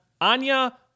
Anya